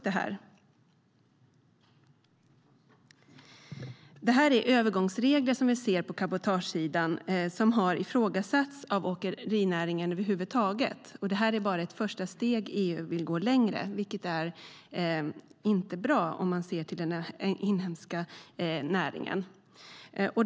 Det är övergångsregler vi ser på cabotagesidan som har ifrågasatts av åkerinäringen över huvud taget. Det här är bara ett första steg. EU vill gå längre, vilket inte är bra om man ser till den inhemska näringen.